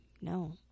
No